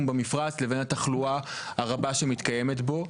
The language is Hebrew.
במפרץ לבין התחלואה הרבה שמתקיימת בו,